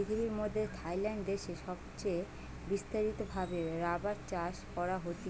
পৃথিবীর মধ্যে থাইল্যান্ড দেশে সবচে বিস্তারিত ভাবে রাবার চাষ করা হতিছে